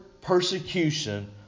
persecution